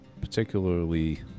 particularly